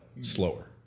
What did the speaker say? slower